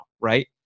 Right